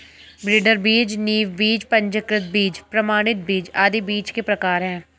breeder बीज, नींव बीज, पंजीकृत बीज, प्रमाणित बीज आदि बीज के प्रकार है